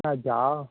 হ্যাঁ যাওয়া